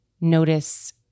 notice